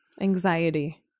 Anxiety